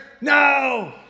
No